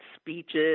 speeches